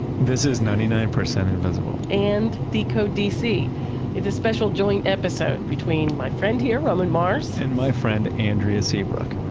this is ninety nine percent invisible and decode dc. this is a special joint episode between my friend here, roman mars and my friend andrea seabrook